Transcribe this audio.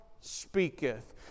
speaketh